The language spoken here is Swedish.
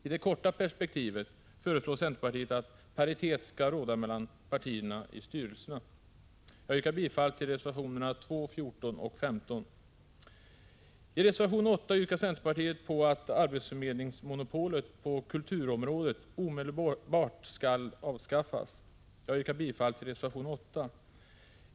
I det korta perspektivet föreslår centerpartiet att paritet skall råda mellan partierna i styrelserna. Jag yrkar bifall till reservationerna 2, 14 och 15. I reservation 8 yrkar centerpartiet på att arbetsförmedlingsmonopolet på kulturområdet omedelbart skall avskaffas. Jag yrkar bifall till reservation 8.